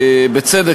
בצדק,